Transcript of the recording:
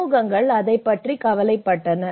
சமூகங்கள் அதைப் பற்றி கவலைப்பட்டன